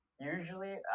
Usually